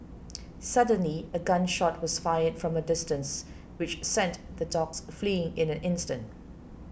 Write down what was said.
suddenly a gun shot was fired from a distance which sent the dogs fleeing in an instant